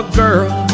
girl